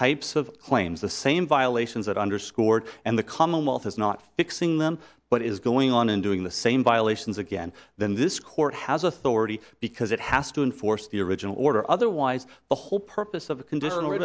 types of claims the same violations that underscored and the commonwealth is not fixing them but is going on and doing the same violations again then this court has authority because it has to enforce the original order otherwise the whole purpose of the condition